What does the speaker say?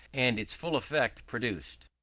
and its full effect produced.